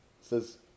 says